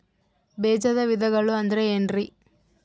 ಬೇಜದ ವಿಧಗಳು ಅಂದ್ರೆ ಏನ್ರಿ?